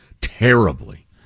terribly